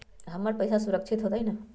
हमर पईसा सुरक्षित होतई न?